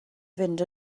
fynd